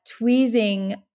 tweezing